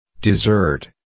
Dessert